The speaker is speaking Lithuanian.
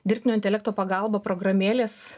dirbtinio intelekto pagalba programėlės